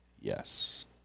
Yes